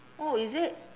orh is it